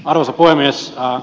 arvoisa puhemies